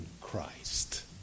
Christ